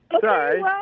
Sorry